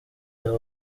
abo